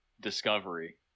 Discovery